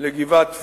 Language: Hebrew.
לגבעת פרנץ',